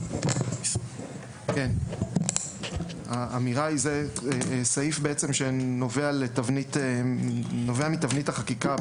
זהו סעיף שנובע מתבנית החקיקה,